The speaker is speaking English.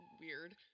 weird